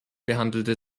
behandelte